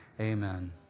amen